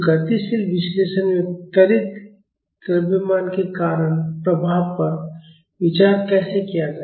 तो गतिशील विश्लेषण में त्वरित द्रव्यमान के कारण प्रभाव पर विचार कैसे किया जाएगा